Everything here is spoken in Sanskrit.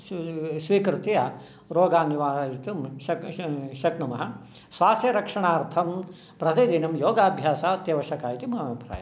स्वीकृत्य रोगान् निवारयितुं शक्नुमः स्वास्थ्यरक्षणार्थं प्रतिदिनं योगाभ्यासः अत्यवश्यकः इति मम अभिप्रायः